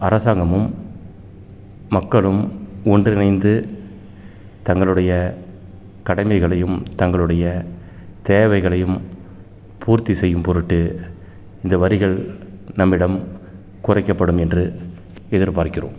அரசாங்கமும் மக்களும் ஒன்றிணைந்து தங்களுடைய கடமைகளையும் தங்களுடைய தேவைகளையும் பூர்த்திச் செய்யும் பொருட்டு இந்த வரிகள் நம்மிடம் குறைக்கப்படும் என்று எதிர்பார்க்கிறோம்